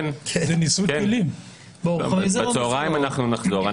כן, בצהריים נחזור.